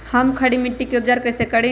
हम खड़ी मिट्टी के उपचार कईसे करी?